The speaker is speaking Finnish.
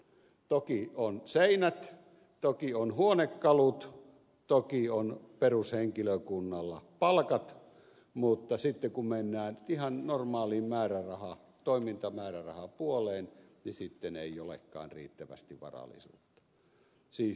toki on seinät toki on huonekalut toki on perushenkilökunnalla palkat mutta sitten kun mennään ihan normaaliin toimintamäärärahapuoleen ei olekaan riittävästi varallisuutta